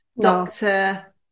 doctor